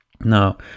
Now